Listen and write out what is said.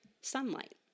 sunlight